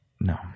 no